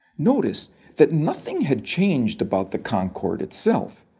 notice that nothing had changed about the concorde itself.